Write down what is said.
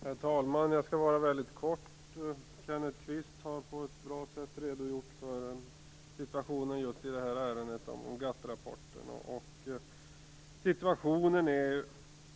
Herr talman! Jag skall fatta mig kort. Kenneth Kvist har på ett bra sätt redogjort för situationen i det här ärendet om GATT-rapporten.